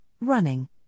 running